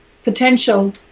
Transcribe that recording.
potential